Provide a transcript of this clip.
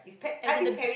as in the